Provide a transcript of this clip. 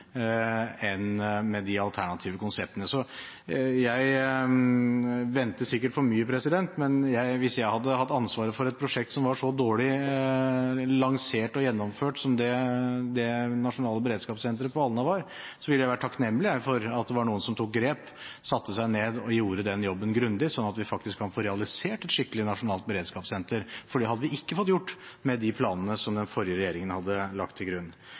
enn med de alternative konseptene. Jeg venter sikkert for mye, men hvis jeg hadde hatt ansvaret for et prosjekt som var så dårlig lansert og gjennomført som det nasjonale beredskapssenteret på Alna var, ville jeg vært takknemlig for at det var noen som tok grep, satte seg ned og gjorde den jobben grundig, slik at vi faktisk kan få realisert et skikkelig nasjonalt beredskapssenter. Det hadde vi ikke fått gjort med de planene som den forrige regjeringen hadde lagt til grunn.